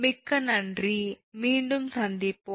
மிக்க நன்றி மீண்டும் சந்திப்போம்